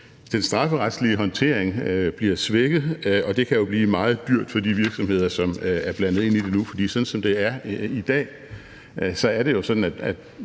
Den strafferetlige håndtering bliver svækket, og det kan jo blive meget dyrt for de virksomheder, som er blandet ind i det nu; for sådan som det er i dag, laver Bagmandspolitiet